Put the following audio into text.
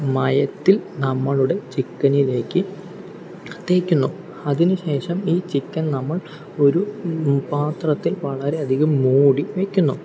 മയത്തിൽ നമ്മളുടെ ചിക്കനിലേക്ക് തേയ്ക്കുന്നു അതിനു ശേഷം ഈ ചിക്കൻ നമ്മൾ ഒരു പാത്രത്തിൽ വളരേയധികം മൂടി വെയ്ക്കുന്നു